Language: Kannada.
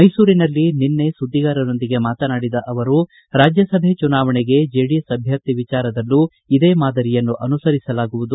ಮೈಸೂರಿನಲ್ಲಿ ನಿನ್ನೆ ಸುದ್ದಿಗಾರರೊಂದಿಗೆ ಮಾತನಾಡಿದ ಅವರು ರಾಜ್ಯಸಭೆ ಚುನಾವಣೆಗೆ ಜೆಡಿಎಸ್ ಅಭ್ವರ್ಥಿ ವಿಚಾರದಲ್ಲೂ ಇದೇ ಮಾದರಿಯನ್ನು ಅನುಸರಿಸಲಾಗುವುದು